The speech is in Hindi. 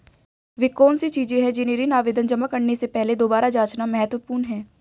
वे कौन सी चीजें हैं जिन्हें ऋण आवेदन जमा करने से पहले दोबारा जांचना महत्वपूर्ण है?